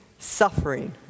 suffering